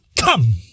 come